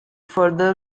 further